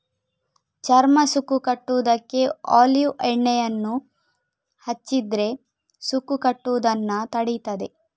ಚರ್ಮ ಸುಕ್ಕು ಕಟ್ಟುದಕ್ಕೆ ಒಲೀವ್ ಎಣ್ಣೆಯನ್ನ ಹಚ್ಚಿದ್ರೆ ಸುಕ್ಕು ಕಟ್ಟುದನ್ನ ತಡೀತದೆ